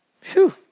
Phew